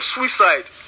Suicide